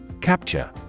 Capture